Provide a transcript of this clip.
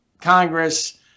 Congress